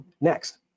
Next